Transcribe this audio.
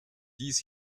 dies